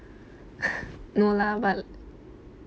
no lah but